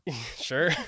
Sure